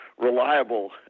reliable